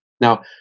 Now